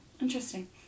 Interesting